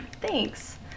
Thanks